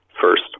first